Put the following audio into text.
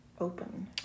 open